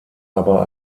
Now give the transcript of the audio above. aber